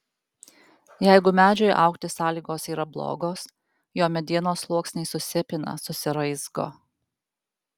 jeigu medžiui augti sąlygos yra blogos jo medienos sluoksniai susipina susiraizgo